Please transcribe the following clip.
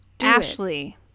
Ashley